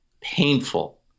painful